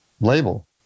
label